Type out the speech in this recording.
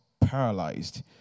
paralyzed